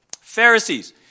Pharisees